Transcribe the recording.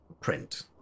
print